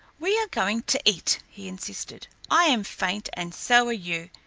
we are going to eat, he insisted. i am faint, and so you.